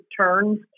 turns